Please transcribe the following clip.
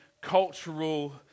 cultural